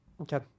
Okay